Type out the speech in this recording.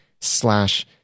slash